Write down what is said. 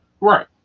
Right